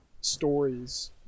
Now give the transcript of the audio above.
stories